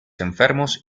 enfermos